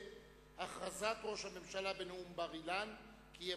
הכרזת ראש הממשלה בנאום בר-אילן כי יהיה